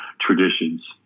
traditions